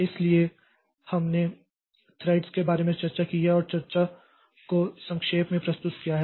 इसलिए हमने थ्रेड के बारे में चर्चा की है और चर्चा को संक्षेप में प्रस्तुत किया है